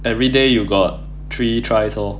everyday you got three tries lor